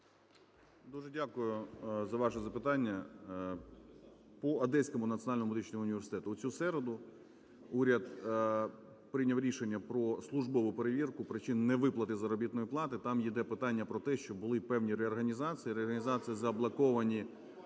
Дуже дякую за ваше запитання. По Одеському національному медичному університету. У цю середу уряд прийняв рішення про службову перевірку причин невиплати заробітної плати. Там іде питання про те, що були певні реорганізації. Реорганізації, заблоковані